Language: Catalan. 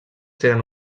tenen